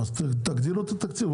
אז תגדילו את התקציב.